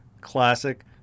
Classic